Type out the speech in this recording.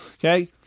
Okay